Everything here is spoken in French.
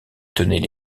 tenaient